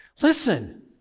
listen